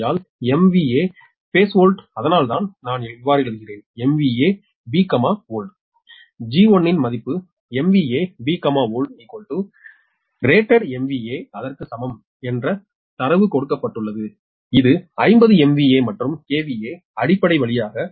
ஆகையால் MVA base volt அதனால்தான் நான் எழுதுகிறேன் Bold G1 இன்Bold rated MVA அதற்கு சமம் தரவு கொடுக்கப்பட்டுள்ளது இது 50 MVA மற்றும் KVA அடிப்படை பழையது 12